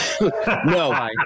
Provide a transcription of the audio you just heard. No